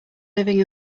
living